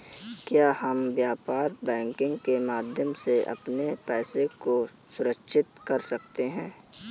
क्या हम व्यापार बैंकिंग के माध्यम से अपने पैसे को सुरक्षित कर सकते हैं?